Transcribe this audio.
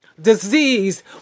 Disease